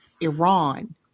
Iran